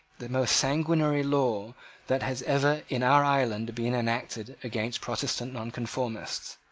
the most sanguinary law that has ever in our island been enacted against protestant nonconformists.